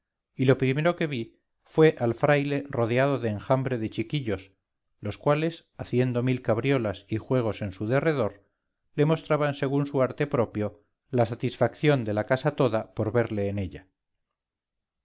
y lo primero que vi fue al fraile rodeado de enjambre de chiquillos los cuales haciendo mil cabriolas y juegos en su derredor le mostraban según su arte propio la satisfacción de la casa toda por verle en ella